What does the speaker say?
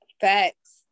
facts